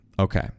Okay